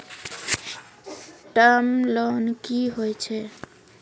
Term loan कि होय छै?